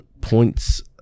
points